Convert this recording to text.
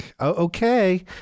okay